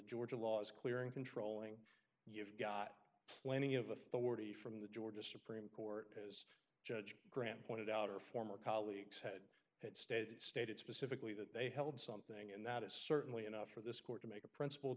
georgia law is clear in controlling you've got plenty of authority from the georgia supreme court as judge grant pointed out her former colleagues had it stated stated specifically that they held something and that is certainly enough for this court to make a princip